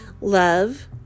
love